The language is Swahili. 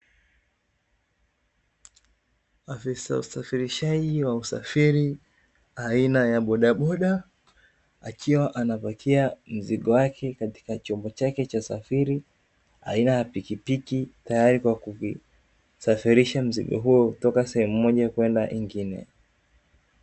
Afisa usafirishaji wa usafiri aina ya bodaboda, akiwa anapakia mzigo wake katika chombo chake cha usafiri aina ya pikipiki, tayari kwa kuusafirisha mzigo huo toka sehemu moja kwenda nyingine.